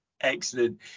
Excellent